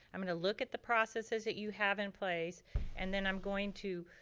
i'm gonna look at the processes that you have in place and then i'm going to